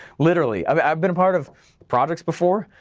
literally. i've i've been a part of projects before,